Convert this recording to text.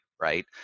right